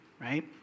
right